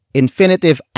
infinitive